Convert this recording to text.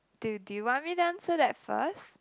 do do you want me to answer that first